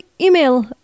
email